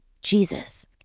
Jesus